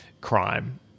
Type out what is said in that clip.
crime